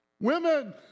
Women